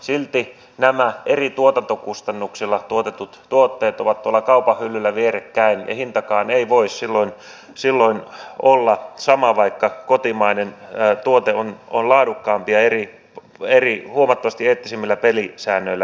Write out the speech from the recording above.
silti nämä eri tuotantokustannuksilla tuotetut tuotteet ovat tuolla kaupan hyllyllä vierekkäin ja hintakaan ei voi silloin olla sama mutta kotimainen tuote on laadukkaampi ja huomattavasti eettisemmillä pelisäännöillä tuotettu